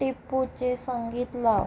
टिपूचे संगीत लाव